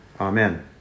Amen